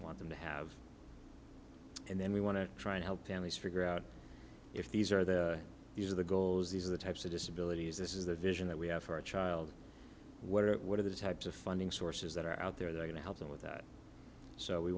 want them to have and then we want to try to help families figure out if these are the these are the goals these are the types of disabilities this is the vision that we have for a child what it what are the types of funding sources that are out there that are going to help them with that so we